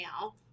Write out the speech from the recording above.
now